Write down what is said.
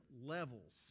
levels